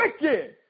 wicked